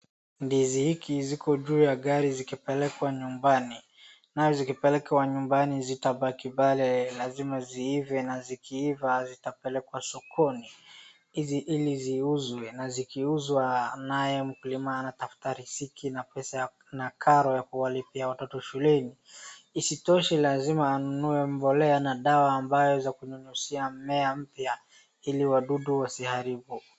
Ndizi hiki ziko juu ya gari zikipelekwa nyumbani na zikipelekwa nyumbani zitabaki pale lazima ziive na zikiiva zitapelekwa sokoni ili ziuzwe na zikiuzwa naye mkulima anatafuta riziki na pesa na karo ya kuwalipia watoto shuleni. Isitoshe lazima anunue mbolea na dawa ambazo ni za kunyunyuzia mimea mpya ili wadudu wasiharibu.